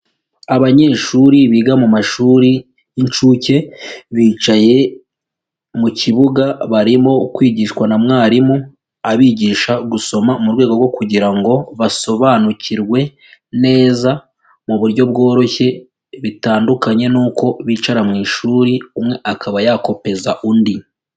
Abanyeshuri biga mu mashuri y'inshuke, bicaye mu kibuga barimo kwigishwa na mwarimu abigisha gusoma mu rwego rwo kugira ngo basobanukirwe neza mu buryo bworoshye bitandukanye n'uko bicara mu ishuri umwe akaba yakopeza undi.